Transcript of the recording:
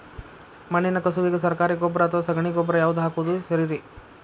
ಮಣ್ಣಿನ ಕಸುವಿಗೆ ಸರಕಾರಿ ಗೊಬ್ಬರ ಅಥವಾ ಸಗಣಿ ಗೊಬ್ಬರ ಯಾವ್ದು ಹಾಕೋದು ಸರೇರಿ?